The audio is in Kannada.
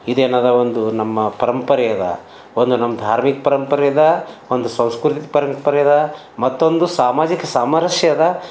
ಇದೇನದ ಒಂದು ನಮ್ಮ ಪರಂಪರೆ ಅದ ಒಂದು ನಮ್ಮ ಧಾರ್ಮಿಕ ಪರಂಪರೆ ಅದ ಒಂದು ಸಾಂಸ್ಕೃತಿಕ್ ಪರಂಪರೆ ಅದ ಮತ್ತೊಂದು ಸಾಮಾಜಿಕ ಸಾಮರಸ್ಯ ಅದ